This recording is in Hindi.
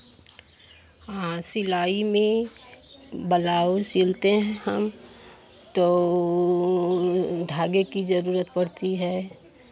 हाँ सिलाई में ब्लाउज़ सिलते हैं हम तो धागे की ज़रूरत पड़ती है